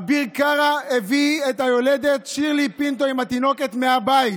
אביר קארה הביא את היולדת שירלי פינטו עם התינוקת מהבית.